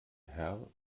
herr